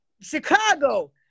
Chicago